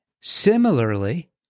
Similarly